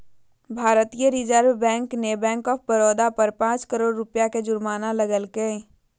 भारतीय reserve bank ने bank of Baroda पर पांच करोड़ रुपया के जुर्माना लगैलके